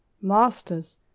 Masters